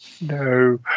no